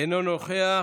אינו נוכח.